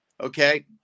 Okay